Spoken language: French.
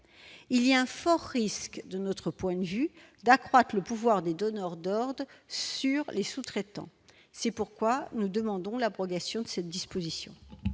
il y a un fort risque de notre point de vue d'accroître le pouvoir des donneurs d'ordres sur les sous-traitants, c'est pourquoi nous demandons l'abrogation de cette disposition.